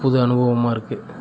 புது அனுபவமாக இருக்குது